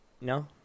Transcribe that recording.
No